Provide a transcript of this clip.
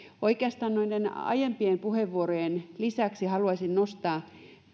oikeastaan noiden aiempien puheenvuorojen lisäksi haluaisin nostaa